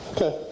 Okay